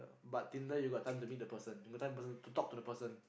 but Tinder you got times you meet the person the time in person to talk to the person